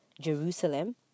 Jerusalem